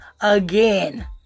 again